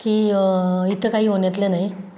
की इथं काही होण्यातलं नाही